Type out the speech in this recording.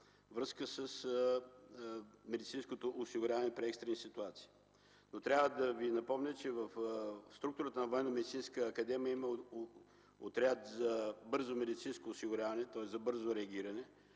връзка с медицинското осигуряване при екстрени ситуации. Трябва да Ви напомня, че в структурата на Военномедицинска академия има отряд за бързо медицинско осигуряване, т.е. за бързо реагиране,